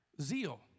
Zeal